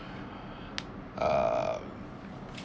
uh